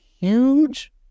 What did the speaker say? huge